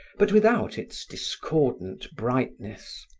but without its discordant brightness.